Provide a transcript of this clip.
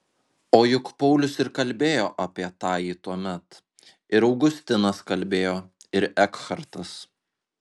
o juk paulius ir kalbėjo apie tąjį tuomet ir augustinas kalbėjo ir ekhartas